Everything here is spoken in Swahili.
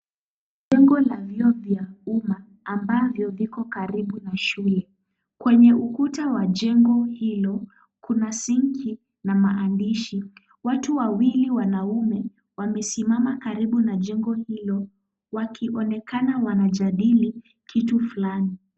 Jengo la vyoo vya umma ambavyo viko karibu na shule. Kwenye ukuta wa jengo hilo, kuna sinki na maandishi. Watu wawili wanaume wamesimama karibu na jengo hilo wakionekana wanajadili kitu fulani.